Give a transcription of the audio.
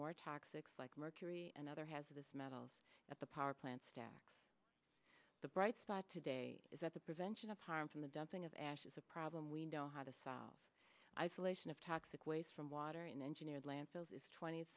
more toxics like mercury and other has this metals at the power plant stacks the bright side today is that the prevention of harm from the dumping of ash is a problem we know how to solve isolation of toxic waste from water and engineers landfills is twentieth